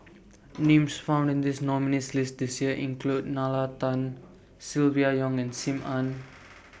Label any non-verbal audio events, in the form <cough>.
Names found in The nominees' list This Year include Nalla Tan Silvia Yong and SIM Ann <noise>